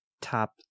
top